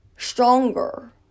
stronger